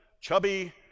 chubby